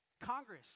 Congress